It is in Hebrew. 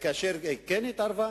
וכאשר היא כן התערבה,